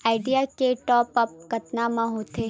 Idea के top आप कतका म होथे?